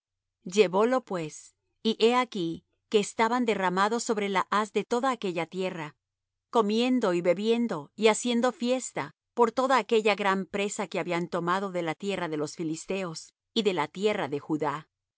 llevólo pues y he aquí que estaban derramados sobre la haz de toda aquella tierra comiendo y bebiendo y haciendo fiesta por toda aquella gran presa que habían tomado de la tierra de los filisteos y de la tierra de judá